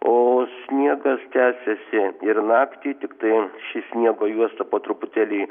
o sniegas tęsiasi ir naktį tiktai ši sniego juosta po truputėlį